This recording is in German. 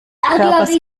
körpers